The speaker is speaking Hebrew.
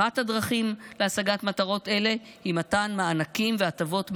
אחת הדרכים להשגת מטרות אלה היא מתן מענקים והטבות מס,